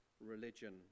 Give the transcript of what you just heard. religion